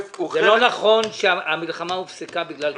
זה לא נכון שהמלחמה הופסקה בגלל כסף.